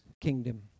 kingdom